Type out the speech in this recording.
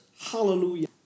hallelujah